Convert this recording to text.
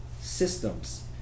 systems